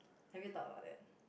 have you thought about that